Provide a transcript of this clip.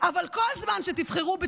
אבל כל זמן שתבחרו בי,